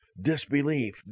disbelief